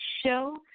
show